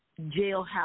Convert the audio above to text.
jailhouse